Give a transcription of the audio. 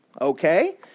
okay